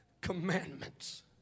commandments